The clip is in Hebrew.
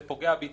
זה פוגע בי.